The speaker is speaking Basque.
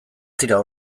dira